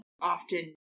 often